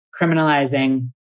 criminalizing